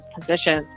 positions